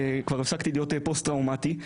הייתי פוסט טראומטי,